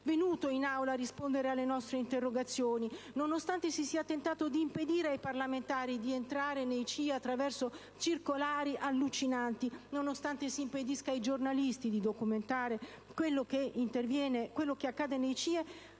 venuto in Aula a rispondere alle nostre interrogazioni, nonostante si sia tentato di impedire ai parlamentari di entrare nei CIE attraverso circolari allucinanti, nonostante s'impedisca ai giornalisti di documentare quello che accade nei CIE,